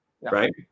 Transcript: right